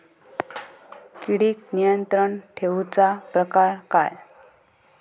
किडिक नियंत्रण ठेवुचा प्रकार काय?